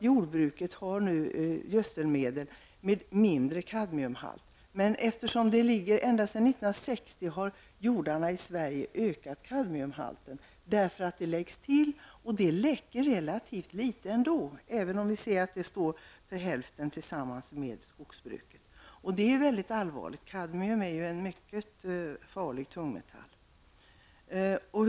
Jordbruket har nu gödselmedel med mindre kadmiumhalter. Men kadmiumhalterna i jordarna i Sverige har ökat ända sedan 1960, eftersom kadiumet läcker ut. Men det läcker relativt litet, även om vi vet att jordbruket tillsammans med skogsbruket står för hälften. Det är mycket allvarligt. Kadmium är ju en mycket farlig tungmetall.